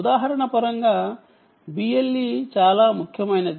ఉదాహరణ పరంగా BLE చాలా ముఖ్యమైనది